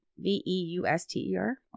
V-E-U-S-T-E-R